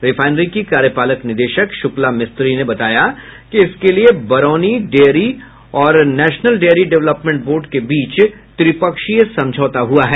refinery की कार्यपालक निदेशक शुक्ला मिस्त्री ने बताया कि इसके लिये बरौनी डेयरी और नेशनल डेयरी डेवलपमेंट बोर्ड के बीच त्रिपक्षीय समझौता हुआ है